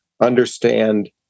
understand